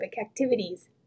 activities